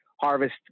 harvest